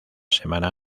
semana